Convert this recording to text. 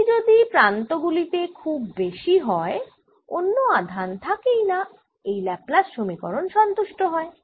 E যদি প্রান্ত গুলি তে খুব বেশি হয় অন্য আধান থাকেই না এই ল্যাপ্লাস সমীকরণ সন্তুষ্ট হয়